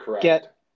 get